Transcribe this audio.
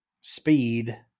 Speed